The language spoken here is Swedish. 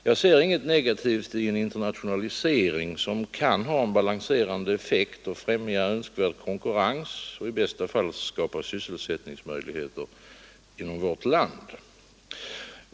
Jag ser inget negativt i en internationalisering, som kan ha en balanserande effekt, främja önskvärd konkurrens och i bästa fall skapa sysselsättningsmöjligheter inom vårt land.